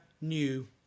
new